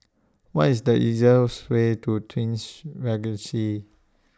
What IS The easiest Way to Twins Regency